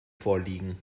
vorliegen